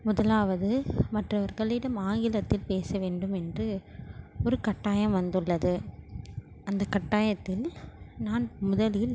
முதலாவது மற்றவர்களிடம் ஆங்கிலத்தில் பேச வேண்டும் என்று ஒரு கட்டாயம் வந்துள்ளது அந்த கட்டாயத்தில் நான் முதலில்